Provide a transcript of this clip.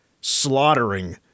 slaughtering